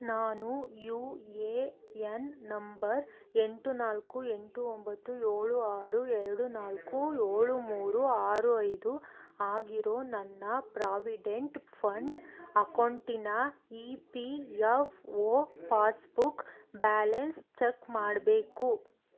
ನಾನು U A N number ಎಂಟು ನಾಲ್ಕು ಎಂಟು ಒಂಬತ್ತು ಏಳು ಆರು ಎರಡು ನಾಲ್ಕು ಏಳು ಮೂರು ಆರು ಐದು ಆಗಿರೋ ನನ್ನ ಪ್ರಾವಿಡೆಂಟ್ ಫಂಡ್ ಅಕೊಂಟಿನ E P F O passbook balance check ಮಾಡಬೇಕು